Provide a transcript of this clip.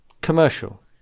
Commercial